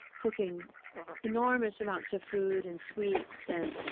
cooking enormous amounts of food and sweets and,